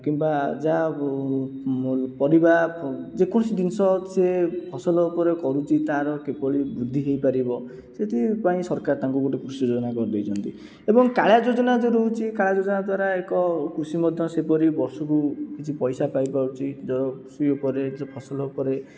କିମ୍ବା ଯାହା ପରିବା ଯେକୌଣସି ଜିନିଷ ସେ ଫସଲ ଉପରେ କରୁଛି ତା'ର କିଭଳି ବୃଦ୍ଧି ହୋଇପାରିବ ସେଥିପାଇଁ ସରକାର ତାଙ୍କୁ ଗୋଟିଏ କୃଷି ଯୋଜନା କରିଦେଇଛନ୍ତି ଏବଂ କାଳିଆ ଯୋଜନା ଯେଉଁ ରହୁଛି କାଳିଆ ଯୋଜନା ଦ୍ୱାରା ଏକ କୃଷି ମଧ୍ୟ ସେହିପରି ବର୍ଷକୁ କିଛି ପଇସା ପାଇପାରୁଛି ନିଜର କୃଷି ଉପରେ ନିଜ ଫସଲ ଉପରେ